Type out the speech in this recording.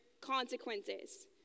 consequences